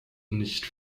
nicht